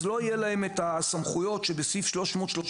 אז לא יהיו להם הסמכויות שבסעיף 337(ב),